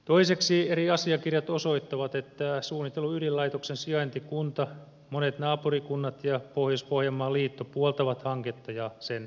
toiseksi eri asiakirjat osoittavat että suunnitellun ydinlaitoksen sijaintikunta monet naapurikunnat ja pohjois pohjanmaan liitto puoltavat hanketta ja sen sijaintipaikkaa